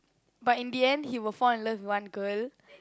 but in the end he will fall in love with one girl